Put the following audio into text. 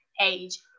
age